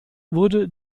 wurde